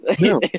no